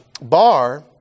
bar